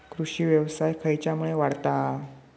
कृषीव्यवसाय खेच्यामुळे वाढता हा?